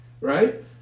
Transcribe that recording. right